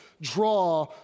draw